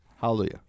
hallelujah